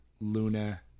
Luna